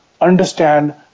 understand